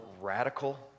radical